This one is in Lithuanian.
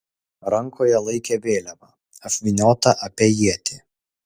rankoje laikė vėliavą apvyniotą apie ietį